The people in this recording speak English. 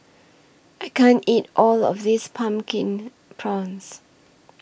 I can't eat All of This Pumpkin Prawns